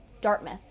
Dartmouth